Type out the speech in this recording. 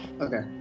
okay